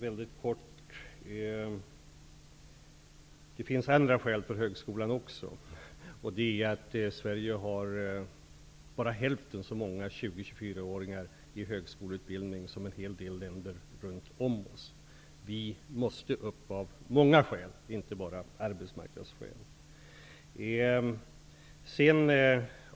Fru talman! Det finns andra skäl för ökad högskoleutbildning, och det är bl.a. att Sverige har bara hälften så många 20--24-åringar i högskoleutbildning som en hel del länder runt omkring oss. Så vi måste upp av många skäl, inte bara av arbetsmarknadsskäl.